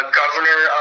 governor